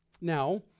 Now